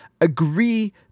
agree